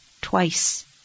twice